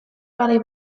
garai